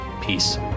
peace